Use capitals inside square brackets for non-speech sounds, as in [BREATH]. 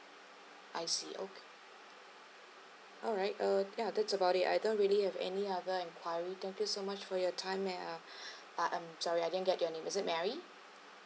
I see okay alright uh ya that's about it I don't really have any other enquiry thank you so much for your time ma~ ah [BREATH] I'm sorry I didn't get your name is it mary